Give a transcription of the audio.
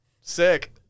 sick